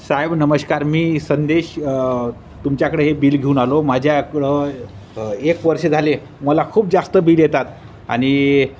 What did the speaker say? साहेब नमश्कार मी संदेश तुमच्याकडे हे बिल घेऊन आलो माझ्याकडं एक वर्ष झाले मला खूप जास्त बिल येतात आणि